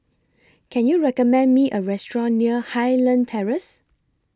Can YOU recommend Me A Restaurant near Highland Terrace